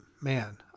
man